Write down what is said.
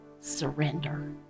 surrender